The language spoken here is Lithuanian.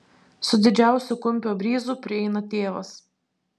su didžiausiu kumpio bryzu prieina tėvas